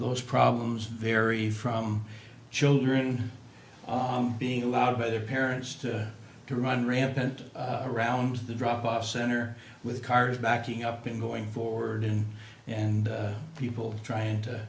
those problems vary from children being allowed by their parents to run rampant around the drop off center with cars backing up and going forward in and people trying to